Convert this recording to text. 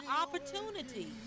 opportunity